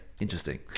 interesting